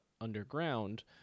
underground